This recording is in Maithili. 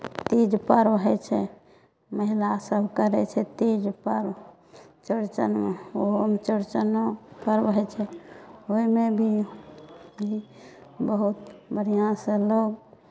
तीज पर्व होइ छै महिलासभ करै छै तीज पर्व चौरचनमे ओहोमे चौरचनो पर्व होइ छै ओहिमे भी बहुत बढ़िआँसँ लोक